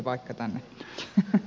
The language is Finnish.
no hänen puolestaan